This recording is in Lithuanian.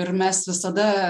ir mes visada